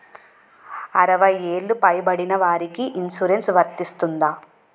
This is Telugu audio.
అరవై ఏళ్లు పై పడిన వారికి ఇన్సురెన్స్ వర్తిస్తుందా?